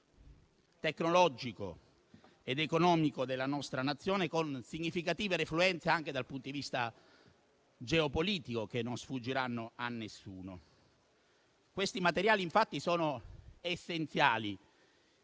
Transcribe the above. tecnologico ed economico della nostra Nazione, con significative refluenze, anche dal punto di vista geopolitico, che non sfuggiranno a nessuno. Questi materiali, infatti, sono essenziali